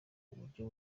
uburyo